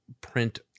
print